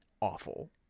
awful